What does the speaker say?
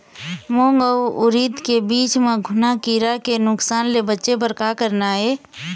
मूंग अउ उरीद के बीज म घुना किरा के नुकसान ले बचे बर का करना ये?